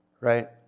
right